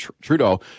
Trudeau